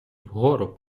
вгору